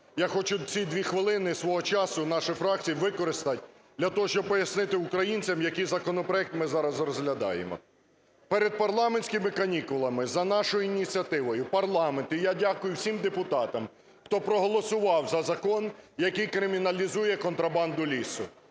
я хочу ці 2 хвилини свого часу нашої фракції використати для того, щоб пояснити українцям, який законопроект ми зараз розглядаємо. Перед парламентськими канікулами за нашою ініціативою парламент, і я дякую всім депутатам, хто проголосував за закон, який криміналізує контрабанду лісу.